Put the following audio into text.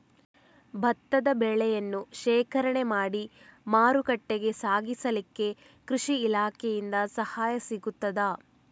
ಭತ್ತದ ಬೆಳೆಯನ್ನು ಶೇಖರಣೆ ಮಾಡಿ ಮಾರುಕಟ್ಟೆಗೆ ಸಾಗಿಸಲಿಕ್ಕೆ ಕೃಷಿ ಇಲಾಖೆಯಿಂದ ಸಹಾಯ ಸಿಗುತ್ತದಾ?